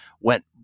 went